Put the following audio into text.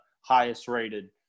highest-rated